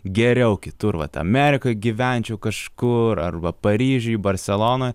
geriau kitur vat amerikoj gyvenčiau kažkur arba paryžiuj barselonoj